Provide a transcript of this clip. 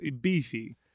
Beefy